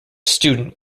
student